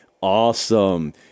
Awesome